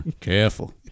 Careful